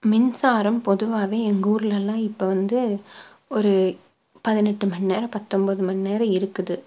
மின்சாரம் பொதுவாகவே எங்க ஊர்லெலாம் இப்போ வந்து ஒரு பதினெட்டு மணிநேரம் பத்தன்போது மணி நேரம் இருக்குது